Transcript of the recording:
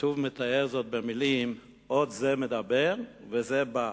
הכתוב מתאר זאת במלים "עוד זה מדבר וזה בא".